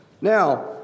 Now